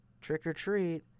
trick-or-treat